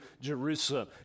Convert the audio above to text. Jerusalem